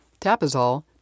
tapazole